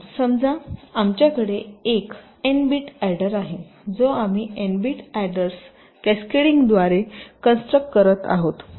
समजा आमच्याकडे एक एन बिट अॅडर आहे जो आम्ही एन बिट अॅडर्स कॅसकेडिंगद्वारे कंस्ट्रक करत आहोत